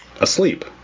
asleep